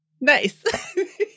Nice